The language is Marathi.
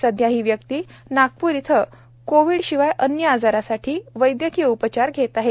सध्या हि व्यक्ती नागप्र येथे कोवीडशिवाय अन्य आजारासाठी वैद्यकीय उपचार घेत आहेत